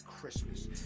Christmas